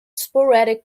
sporadic